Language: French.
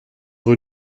rue